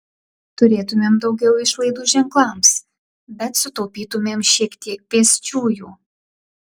turėtumėm daugiau išlaidų ženklams bet sutaupytumėm šiek tiek pėsčiųjų